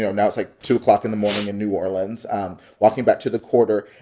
now it's like two o'clock in the morning in new orleans um walking back to the quarter.